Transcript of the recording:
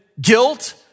guilt